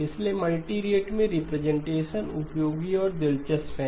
इसलिए मल्टीरेट में रिप्रेजेंटेशन उपयोगी और दिलचस्प है